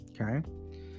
okay